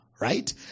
right